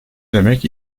demek